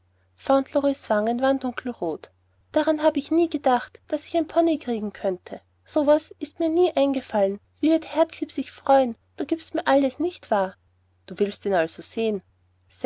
wanden waren dunkelrot daran hab ich nie gedacht daß ich einen pony kriegen könnte so was ist mir nie eingefallen wie wird herzlieb sich freuen du gibst mir alles nicht wahr du willst ihn also sehen